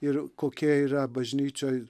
ir kokia yra bažnyčioj